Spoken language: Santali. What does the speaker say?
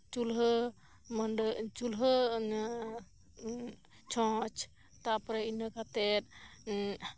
ᱪᱩᱞᱦᱟᱹ ᱱᱩᱰᱟᱹᱪᱩᱞᱦᱟᱹ ᱪᱷᱸᱚᱪ ᱛᱟᱯᱚᱨᱮ ᱤᱱᱟᱹᱠᱟᱛᱮᱫ